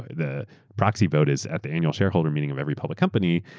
ah the proxy vote is at the annual shareholder meeting of every public company.